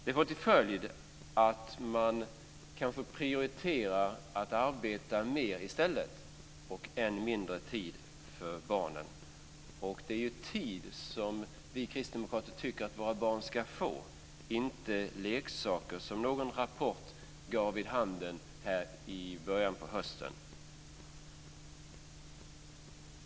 Det får till följd att man kanske prioriterar att arbeta mer i stället, och får ännu mindre tid för barnen. Det är tid som vi kristdemokrater tycker att våra barn ska få, och inte leksaker, som någon rapport gav vid handen här i början av hösten.